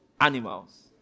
animals